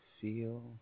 feel